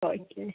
okay